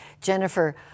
Jennifer